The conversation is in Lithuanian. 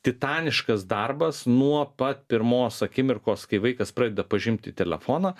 titaniškas darbas nuo pat pirmos akimirkos kai vaikas pradeda pažinti telefoną